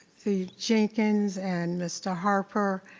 the jenkins and mr. harper,